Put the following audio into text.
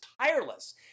tireless